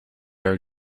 are